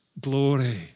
glory